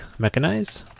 mechanize